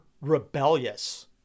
rebellious